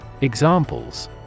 Examples